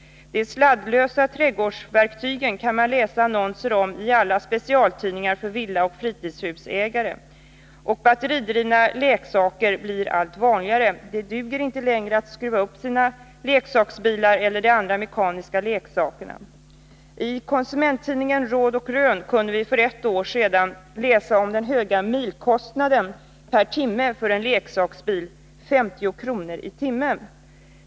De sladdlösa trädgårdsverktygen kan man läsa annonser om i alla specialtidningar för villaoch fritidshusägare. Batteridrivna leksaker blir allt vanligare — det duger inte längre att skruva upp sina bilar eller de andra mekaniska leksakerna. I konsumenttidningen Råd och Rön kunde vi för ett år sedan läsa om den höga milkostnaden per timme för en leksaksbil— 50 kr. i timmen.